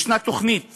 יש תוכנית